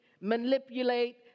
manipulate